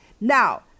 Now